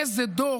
איזה דור.